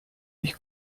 ich